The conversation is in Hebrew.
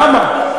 למה?